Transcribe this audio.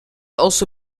also